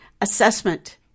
assessment